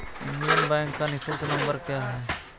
Indian Bank का निःशुल्क number क्या है?